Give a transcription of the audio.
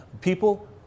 people